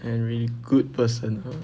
inherently good person !huh!